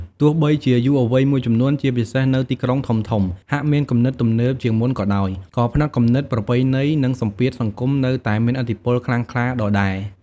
ទោះបីជាយុវវ័យមួយចំនួន ជាពិសេសនៅទីក្រុងធំៗ ហាក់មានគំនិតទំនើបជាងមុនក៏ដោយ ក៏ផ្នត់គំនិតប្រពៃណី និងសម្ពាធសង្គមនៅតែមានឥទ្ធិពលខ្លាំងក្លាដដែល។